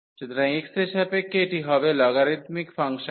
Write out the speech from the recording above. সুতরাং x এর সাপেক্ষে এটি হবে লগারিদমিক ফাংশন